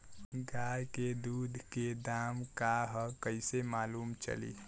गाय के दूध के दाम का ह कइसे मालूम चली?